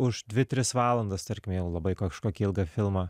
už dvi tris valandas tarkim jau labai kažkokį ilgą filmą